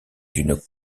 d’une